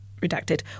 redacted